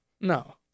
No